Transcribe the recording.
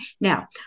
now